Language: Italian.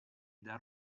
dar